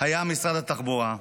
היה משרד התחבורה: